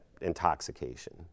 intoxication